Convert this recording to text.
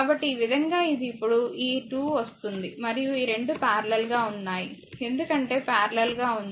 కాబట్టి ఈ విధంగా ఇది ఇప్పుడు ఈ 2 వస్తుంది మరియు ఈ 2 పారలెల్ గా ఉన్నాయి ఎందుకంటే పారలెల్ గా ఉంది